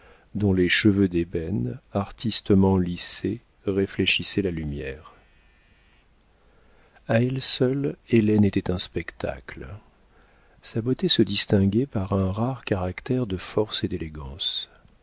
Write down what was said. dont les cheveux d'ébène artistement lissés réfléchissaient la lumière a elle seule hélène était un spectacle sa beauté se distinguait par un rare caractère de force et d'élégance